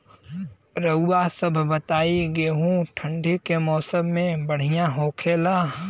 रउआ सभ बताई गेहूँ ठंडी के मौसम में बढ़ियां होखेला?